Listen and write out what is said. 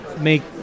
make